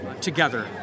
together